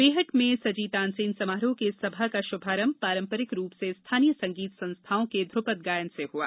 बेहट में सजी तानसेन समारोह की इस सभा का शुभारंभ पारंपरिंक रूप से स्थानीय संगीत संस्थाओं के ध्रपद गायन से हुआ